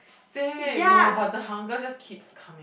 same no but the hunger just keeps coming